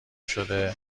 شده